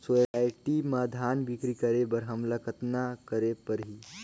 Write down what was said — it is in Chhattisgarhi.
सोसायटी म धान बिक्री करे बर हमला कतना करे परही?